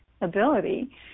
ability